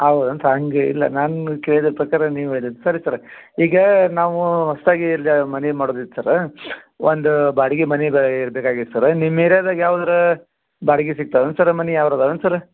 ಹೌದು ಅಂತ ಹಂಗೆ ಇಲ್ಲ ನಾನು ಕೇಳಿದ ಪ್ರಕಾರ ನೀವು ಹೇಳಿದ್ದು ಸರಿ ಸರ್ ಈಗ ನಾವು ಹೊಸದಾಗಿ ಇಲ್ಲಿ ಮನೆ ಮಾಡೋದಿತ್ತು ಸರ್ ಒಂದು ಬಾಡಿಗೆ ಮನೆ ಬೇಕಾಗಿತ್ತು ಸರ್ ನಿಮ್ಮ ಏರಿಯಾದಾಗೆ ಯಾವ್ದಾರು ಬಾಡ್ಗೆ ಸಿಕ್ತಾವೇನು ಸರ್ ಮನೆ ಯಾವಾರು ಇದಾವೇನು ಸರ್